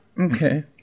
Okay